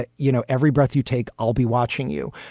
ah you know, every breath you take, i'll be watching you.